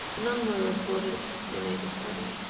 none were reported in either study.